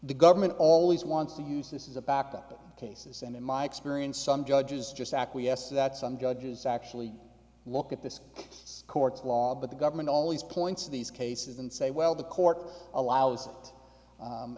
the government always wants to use this is a back up and cases and in my experience some judges just acquiesce that some judges actually look at this court's law but the government always points these cases and say well the court allows